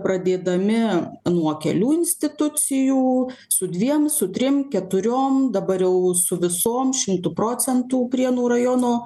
pradėdami nuo kelių institucijų su dviem su trim keturiom dabar jau su visom šimtu procentų prienų rajono